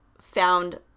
found